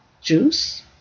juice